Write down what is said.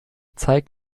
zeige